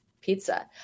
pizza